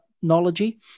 Technology